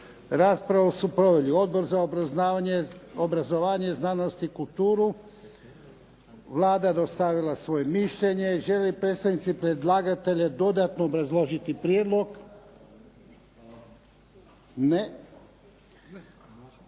Raspravu su proveli Odbor za obrazovanje, znanost i kulturu. Vlada je dostavila svoje mišljenje. Žele li predstavnici predlagatelja dodatno obrazložiti prijedlog? Ne.